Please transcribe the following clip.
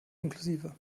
inklusive